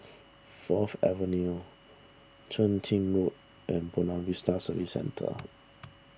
Fourth Avenue Chun Tin Road and Buona Vista Service Centre